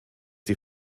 die